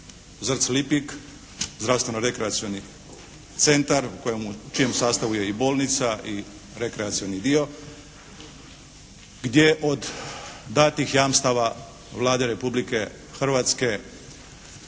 ZRC Lipik, zdravstveno-rekreacioni centar u kojemu, u čijem sastavu je i bolnica i rekreacioni dio gdje od datih jamstava Vlade Republike Hrvatske